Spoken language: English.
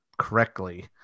correctly